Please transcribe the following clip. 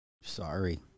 Sorry